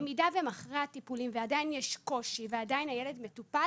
במידה והם אחרי הטיפולים ועדיין יש קושי והילד עדיין מטופל